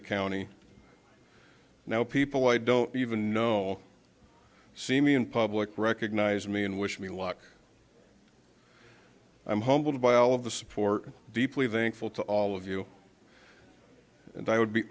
the county now people i don't even know see me in public recognize me and wish me luck i'm humbled by all of the support deeply thankful to all of you and i would be